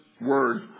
word